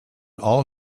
all